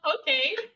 okay